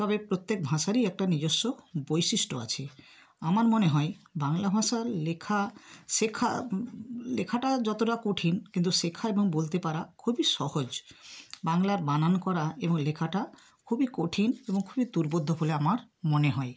তবে প্রত্যেক ভাষারই একটা নিজস্ব বৈশিষ্ট্য আছে আমার মনে হয় বাংলা ভাষা লেখা শেখা লেখাটা যতটা কঠিন কিন্তু শেখা এবং বলতে পারা খুবই সহজ বাংলার বানান করা এবং লেখাটা খুবই কঠিন এবং খুবই দুর্বোধ্য বলে আমার মনে হয়